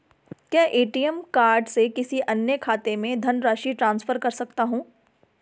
क्या ATM card से किसी अन्य खाते में धनराशि ट्रांसफर कर सकता हूँ?